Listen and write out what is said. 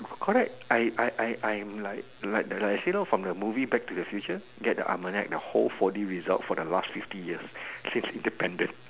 correct I I I am like like actually you know the movie back to the future get the almanac the whole four D result for the last fifty years since independent